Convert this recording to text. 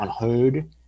Unheard